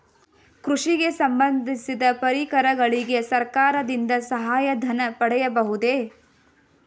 ಕೃಷಿಗೆ ಸಂಬಂದಿಸಿದ ಪರಿಕರಗಳಿಗೆ ಸರ್ಕಾರದಿಂದ ಸಹಾಯ ಧನ ಪಡೆಯಬಹುದೇ?